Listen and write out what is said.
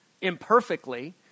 imperfectly